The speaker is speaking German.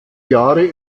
jahre